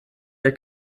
der